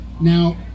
Now